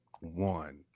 one